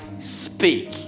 Speak